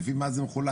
לפי מה זה מחולק?